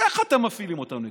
איך אתם מפעילים אותם נגדנו?